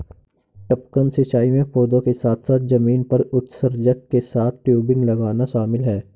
टपकन सिंचाई में पौधों के साथ साथ जमीन पर उत्सर्जक के साथ टयूबिंग लगाना शामिल है